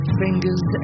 fingers